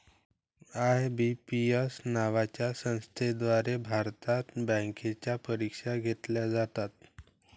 IBPS नावाच्या संस्थेद्वारे भारतात बँकांच्या परीक्षा घेतल्या जातात